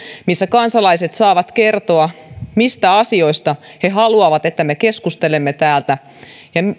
missä kansalaiset saavat kertoa mistä asioista he haluavat että me keskustelemme täällä ja